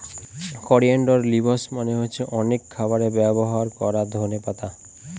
coriander leaves মানে হচ্ছে অনেক খাবারে ব্যবহার করা ধনে পাতা